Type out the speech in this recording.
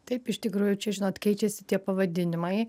taip iš tikrųjų žinot keičiasi tie pavadinimai